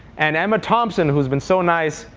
and emma thompson, who's been so nice,